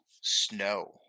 Snow